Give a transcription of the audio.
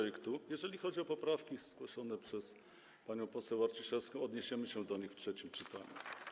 Jeżeli chodzi o poprawki zgłoszone przez panią poseł Arciszewską, to odniesiemy się do nich w trzecim czytaniu.